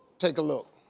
take a look.